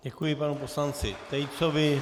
Děkuji panu poslanci Tejcovi.